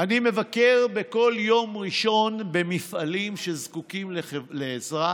אני מבקר בכל יום ראשון במפעלים שזקוקים לעזרה.